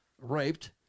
raped